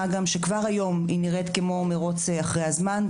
מה גם שכבר היום היא נראית כמו מרוץ אחרי הזמן.